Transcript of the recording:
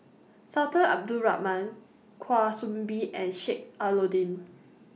Sultan Abdul Rahman Kwa Soon Bee and Sheik Alau'ddin